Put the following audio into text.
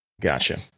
Gotcha